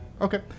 Okay